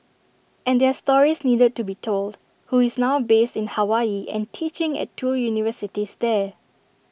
and their stories needed to be told who is now based in Hawaii and teaching at two universities there